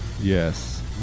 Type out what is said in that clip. Yes